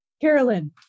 Carolyn